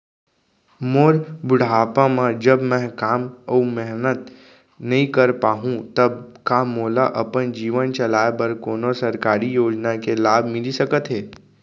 मोर बुढ़ापा मा जब मैं काम अऊ मेहनत नई कर पाहू तब का मोला अपन जीवन चलाए बर कोनो सरकारी योजना के लाभ मिलिस सकत हे?